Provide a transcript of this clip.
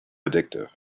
addictive